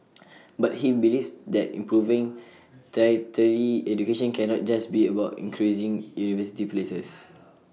but he believes that improving tertiary education cannot just be about increasing university places